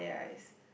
there right is